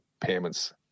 payments